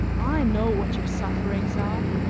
i know what your sufferings are,